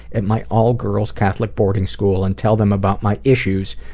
at my all-girls catholic boarding school and tell them about my issues.